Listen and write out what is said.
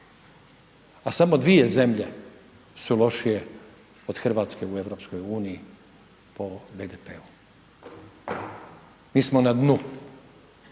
a samo dvije zemlje su lošije od Hrvatske u Europskoj uniji po BDP-u. Mi smo na dnu,